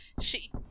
she-